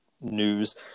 news